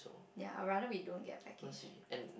ya I rather we don't get a package